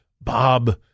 Bob